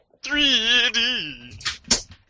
3D